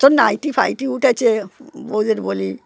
সব নাইটি ফাইটি উঠেছে বৌদের বলি